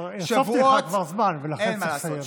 הוספתי לך כבר זמן, לכן צריך לסיים.